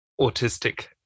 autistic